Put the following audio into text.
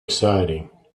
exciting